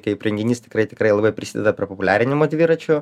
kaip renginys tikrai tikrai labai prisideda prie populiarinimo dviračių